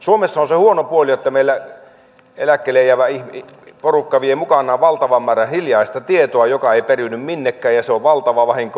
suomessa on se huono puoli että meillä eläkkeelle jäävä porukka vie mukanaan valtavan määrän hiljaista tietoa joka ei periydy minnekään ja se on valtava vahinko